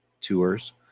tours